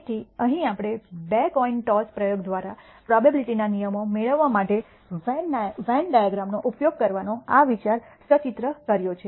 તેથી અહીં આપણે 2 કોઈન ટોસ પ્રયોગ દ્વારા પ્રોબેબીલીટીના નિયમો મેળવવા માટે વેન ડાયાગ્રામનો ઉપયોગ કરવાનો આ વિચાર સચિત્ર કર્યો છે